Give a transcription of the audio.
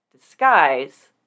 disguise